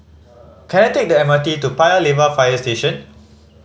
can I take the M R T to Paya Lebar Fire Station